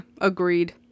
agreed